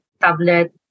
tablet